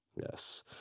yes